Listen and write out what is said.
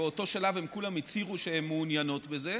שבאותו שלב כולן הצהירו שהן מעוניינות בזה,